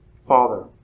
father